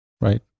right